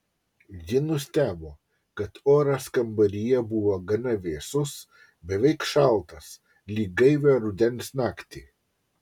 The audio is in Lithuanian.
ji nustebo kad oras kambaryje buvo gana vėsus beveik šaltas lyg gaivią rudens naktį